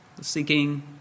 seeking